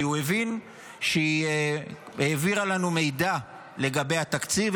כי הוא הבין שהיא העבירה לנו מידע לגבי התקציב,